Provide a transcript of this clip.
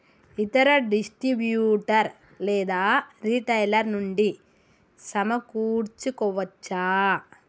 ఇతర డిస్ట్రిబ్యూటర్ లేదా రిటైలర్ నుండి సమకూర్చుకోవచ్చా?